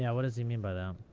yeah what does he mean by that?